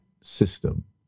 system